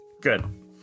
Good